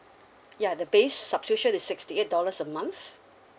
ya the base subscription is sixty eight dollars a month